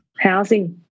Housing